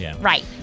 Right